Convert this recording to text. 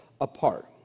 apart